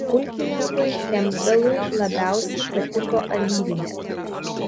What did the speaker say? pulkininkui kempbelui labiausiai patiko alyvinė